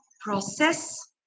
process